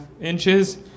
inches